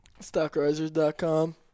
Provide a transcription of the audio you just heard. Stockrisers.com